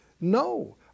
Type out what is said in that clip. No